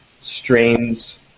strains